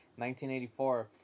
1984